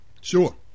Sure